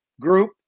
group